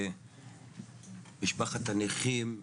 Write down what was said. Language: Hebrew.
משפחת הנכים,